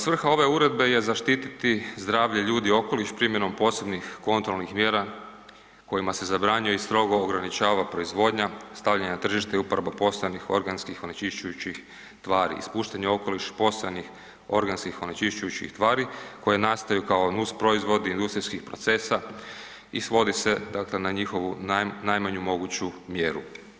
Svrha ove uredbe je zaštiti zdravlje ljudi i okoliš primjenom posebnih kontrolnih mjera kojima se zabranjuje i strogo ograničava proizvodnja, stavljanje na tržište i uporaba postojanih organskih onečišćujućih tvari, ispuštanje u okoliš postojanih organskih onečišćujućih tvari koje nastaju kao nusproizvodi industrijskih procesa i svodi se na njihovu najmanju moguću mjeru.